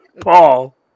Paul